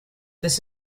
this